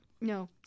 No